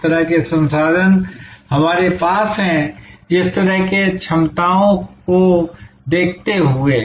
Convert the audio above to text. जिस तरह के संसाधन हमारे पास हैं जिस तरह की दक्षताओं को देखते हुए